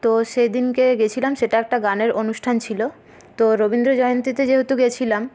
তো সেদিনকে গিয়েছিলাম সেটা একটা গানের অনুষ্ঠান ছিল তো রবীন্দ্র জয়ন্তীতে যেহেতু গিয়েছিলাম